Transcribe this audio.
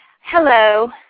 Hello